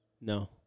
No